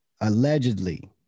allegedly